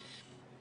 לגמרי.